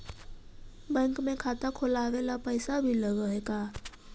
Bank में खाता खोलाबे ल पैसा भी लग है का?